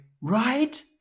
right